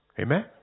Amen